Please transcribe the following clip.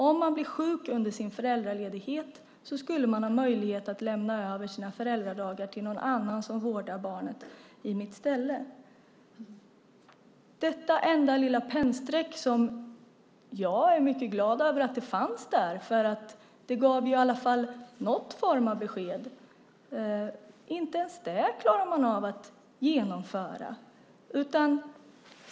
Om man blir sjuk under sin föräldraledighet skulle man ha möjlighet att lämna över sina föräldradagar till någon annan som vårdar barnet i ens ställe. Inte ens detta enda lilla detta pennstreck, detta löfte, som jag är mycket glad över att det fanns eftersom det i alla fall gav någon form av besked, klarade man av att genomföra.